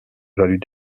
valut